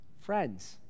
friends